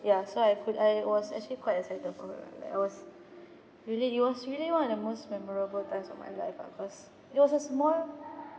ya so I cou~ I was actually quite excited for her like I was really it was really one of the most memorable times of my life ah cause it was a small